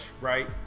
right